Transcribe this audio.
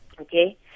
okay